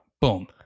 Boom